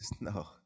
No